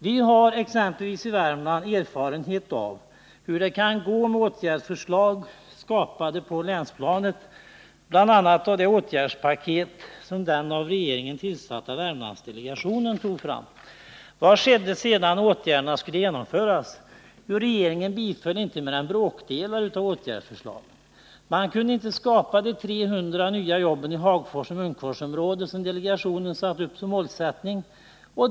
Vi har exempelvis i Värmland erfarenhet av hur det kan gå med åtgärdsförslag skapade på länsplanet, bl.a. det åtgärdspaket som den av regeringen tillsatta Värmlandsdelegationen tog fram. Vad skedde sedan när åtgärderna skulle genomföras? Jo, regeringen biföll inte mer än bråkdelar av åtgärdsförslagen. Man kunde inte skapa de 300 nya jobb i Hagfors-Munkforsområdet som delegationen satt upp som målsättning.